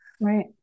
right